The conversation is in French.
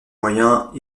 moyens